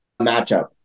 matchup